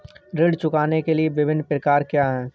ऋण चुकाने के विभिन्न प्रकार क्या हैं?